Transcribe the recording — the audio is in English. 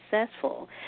successful